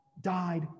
died